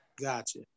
Gotcha